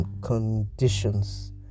conditions